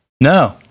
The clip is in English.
No